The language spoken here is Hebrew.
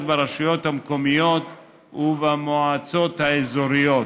ברשויות המקומיות ובמועצות האזוריות.